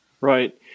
Right